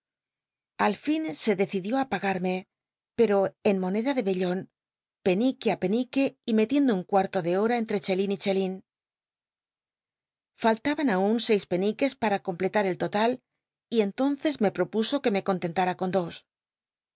al fin se decidió á pagarme pero en moneda de vetton penique á penique y metiendo un cua rto de hora entre chelin y chelín faltaban aun seis peniques para completar el total y entonces me propuso que me contentara con dos